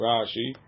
Rashi